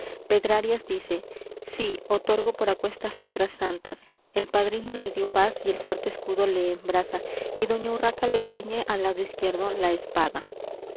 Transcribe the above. pedrarias dice sí otorgo por aquestas letras santas el padrino le dió paz y el fuerte escudo le embraza y doña urraca le ciñe al lado izquierdo la espada